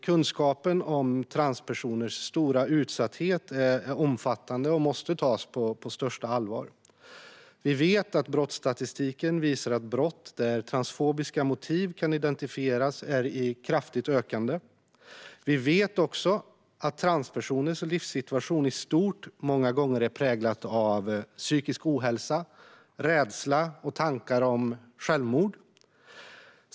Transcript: Kunskapen om transpersoners stora utsatthet är omfattande och måste tas på största allvar. Vi vet att brottsstatistiken visar att brott där transfobiska motiv kan identifieras är i kraftigt ökande. Vi vet också att transpersoners livssituation i stort många gånger är präglad av psykisk ohälsa, rädsla och tankar om självmord.